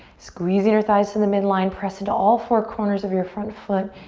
squeeze the inner thighs to the midline, press into all four corners of your front foot.